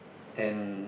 and